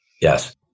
yes